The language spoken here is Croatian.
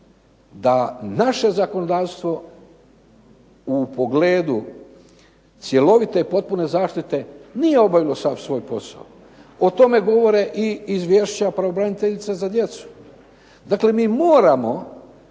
da naše zakonodavstvo u pogledu cjelovite potpune zaštite nije obavilo sav svoj posao. O tome govore i izvješća pravobraniteljice za djecu. Dakle mi moramo